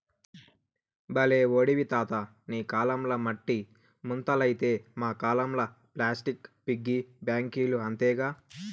బల్లే ఓడివి తాతా నీ కాలంల మట్టి ముంతలైతే మా కాలంల ప్లాస్టిక్ పిగ్గీ బాంకీలు అంతేగా